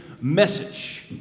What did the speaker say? message